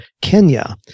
Kenya